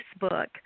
Facebook